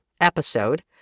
episode